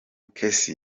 casey